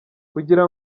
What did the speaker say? kugira